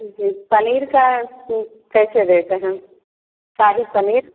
जी पनीर का कैसे रेट हैं शाही पनीर